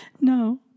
No